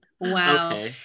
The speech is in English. Wow